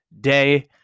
day